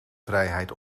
vrijheid